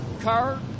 Car